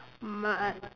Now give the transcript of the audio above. m~ uh